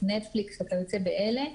נטפליקס וכיוצא באלה.